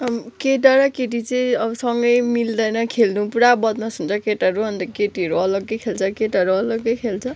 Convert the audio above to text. केटा र केटी चाहिँ अब सँगै मिल्दैन खेल्नु पुरा बदमास हुन्छ केटाहरू अनि केटीहरू अलग्गै खेल्छ केटाहरू अलग्गै खेल्छ